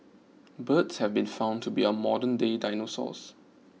birds have been found to be our modernday dinosaurs